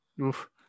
Oof